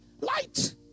Light